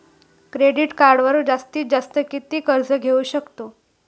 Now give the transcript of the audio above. Credit कार्डवर जास्तीत जास्त किती कर्ज घेऊ शकतो?